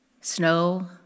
Snow